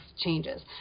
changes